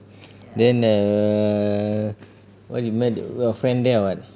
then err what you met your friend there or what